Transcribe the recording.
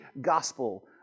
gospel